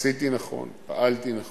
של ארגון הביקורת,